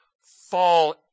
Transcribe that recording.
fall